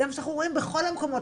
זה מה שאנחנו רואים בכל המקומות,